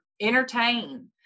Entertain